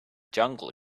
jungle